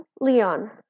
leon